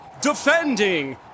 defending